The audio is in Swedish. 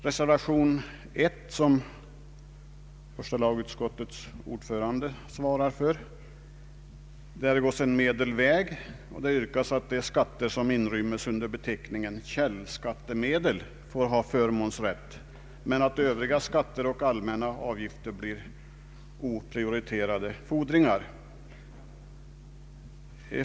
Reservation 1, som första lagutskottets ordförande svarar för, har gått en medelväg. Där yrkas att de skatter som inryms under beteckningen källskattemedel får ha förmånsrätt men att övriga skatter och allmänna avgifter blir oprioriterade fordringar.